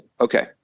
okay